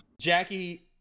Jackie